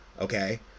okay